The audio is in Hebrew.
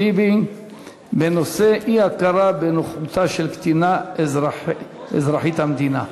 טיבי בנושא: אי-הכרה בנוכחותה של קטינה אזרחית המדינה.